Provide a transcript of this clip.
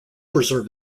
preserve